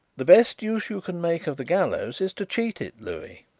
the best use you can make of the gallows is to cheat it, louis,